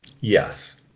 Yes